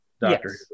Doctor